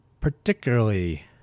particularly